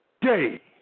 day